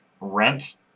rent